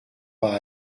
pas